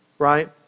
right